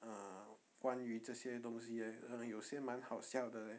err 关于这些东西 eh uh 有些蛮好笑的 leh